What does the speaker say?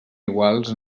iguals